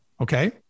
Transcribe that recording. Okay